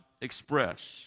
express